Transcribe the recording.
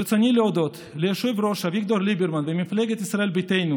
ברצוני להודות ליושב-ראש אביגדור ליברמן ולמפלגת ישראל ביתנו,